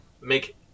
make